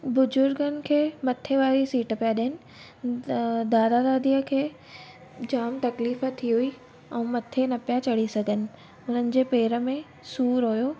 बुजुर्गनि खे मथे वारी सीट पिया ॾियनि त दादा दादीअ खे जाम तक़लीफ़ थी हुई ऐं मथे न पिया चढ़ी सघनि हुननि जे पेर में सूर हुयो